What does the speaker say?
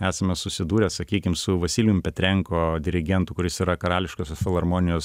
esame susidūrę sakykim su vasilijum petrenko dirigentu kuris yra karališkosios filharmonijos